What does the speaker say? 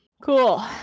Cool